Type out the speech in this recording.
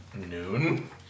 Noon